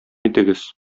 итегез